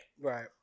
Right